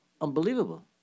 unbelievable